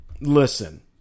Listen